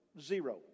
Zero